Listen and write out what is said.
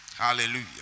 Hallelujah